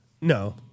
No